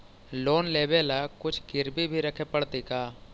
Loan लेबे ल कुछ गिरबी भी रखे पड़तै का?